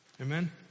Amen